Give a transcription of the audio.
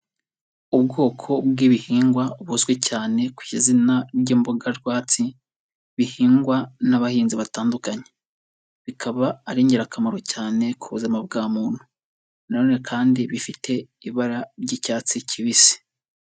Ubwoko bw'ibihingwa buzwi cyane ku izina ry'imboga rwatsi, bihingwa n'abahinzi batandukanye, bikaba ari ingirakamaro cyane ku buzima bwa muntu, na none kandi bifite ibara ry'icyatsi kibisi.